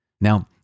Now